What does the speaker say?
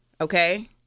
okay